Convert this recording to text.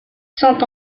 saint